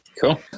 Cool